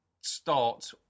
start